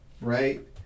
right